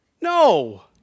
No